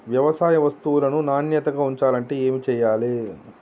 వ్యవసాయ వస్తువులను నాణ్యతగా ఉంచాలంటే ఏమి చెయ్యాలే?